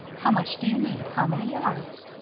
how much do you need? how many yards?